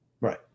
right